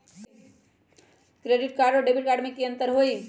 Credit card और debit card में की अंतर हई?